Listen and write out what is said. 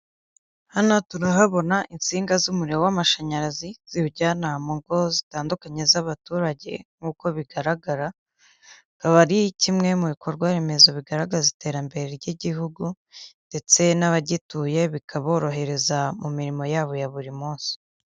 Hano turahabona insinga z'umuriro w'amashanyarazi ziwujyana mu ingo zitandukanye z'abaturage nk'uko bigaragara, akaba ari kimwe mu bikorwa remezo bigaragaza iterambere ry'igihugu ndetse n'abagituye bikaborohereza mu mirimo yabo ya buri munsi.